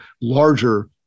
larger